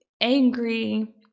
angry